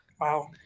Wow